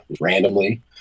randomly